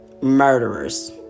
Murderers